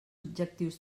objectius